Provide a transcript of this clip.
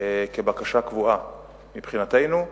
כבקשה קבועה מבחינתנו.